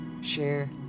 share